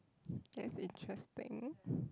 that's interesting